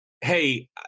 hey